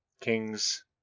Kings